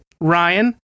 Ryan